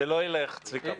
זה לא ילך, צביקה.